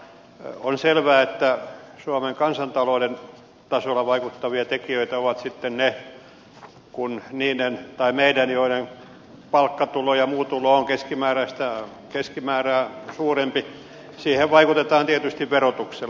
on selvää että suomen kansantalouden tasolla vaikuttava tekijä on sitten se kun meidän joiden palkkatulo ja muu tulo on keskimäärää suurempi tuloihimme vaikutetaan verotuksella